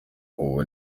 ubu